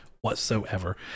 whatsoever